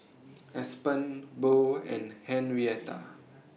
Aspen Bo and Henrietta